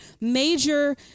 major